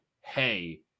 hey